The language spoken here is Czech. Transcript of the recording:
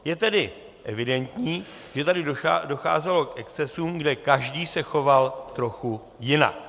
Je tedy evidentní, že tady docházelo k excesům, kde každý se choval trochu jinak.